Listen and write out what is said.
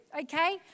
okay